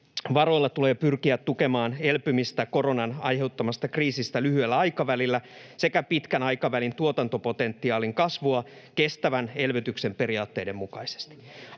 varoilla tulee pyrkiä tukemaan elpymistä koronan aiheuttamasta kriisistä lyhyellä aikavälillä sekä pitkän aikavälin tuotantopotentiaalin kasvua kestävän elvytyksen periaatteiden mukaisesti.